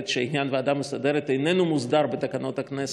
שעניין הוועדה המסדרת איננו מוסדר בתקנון הכנסת,